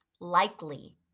Likely